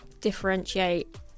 differentiate